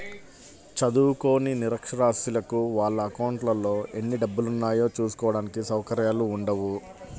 చదువుకోని నిరక్షరాస్యులకు వాళ్ళ అకౌంట్లలో ఎన్ని డబ్బులున్నాయో చూసుకోడానికి సౌకర్యాలు ఉండవు